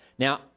Now